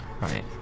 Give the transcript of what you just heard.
right